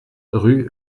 rue